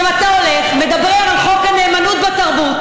עכשיו אתה הולך, מדבר על חוק הנאמנות בתרבות.